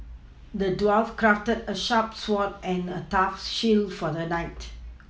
the dwarf crafted a sharp sword and a tough shield for the knight